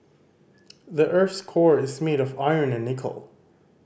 the earth's core is made of iron and nickel